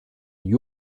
gli